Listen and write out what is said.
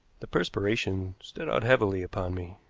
the perspiration stood out heavily upon me.